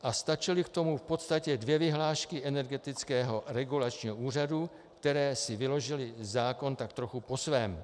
A stačily k tomu v podstatě dvě vyhlášky Energetického regulačního úřadu, které si vyložily zákon tak trochu po svém.